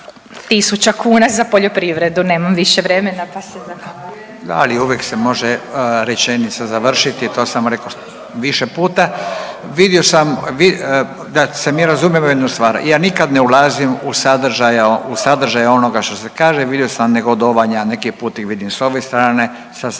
**Radin, Furio (Nezavisni)** Da, ali uvijek se može rečenica završiti, to sam rekao više puta. Vidio sam, vi, da se mi razumijemo u jednu stvar. Ja nikad ne ulazim u sadržaj onoga što se kaže, vidio sam negodovanja, neki put ih vidim s ove strane, sad sam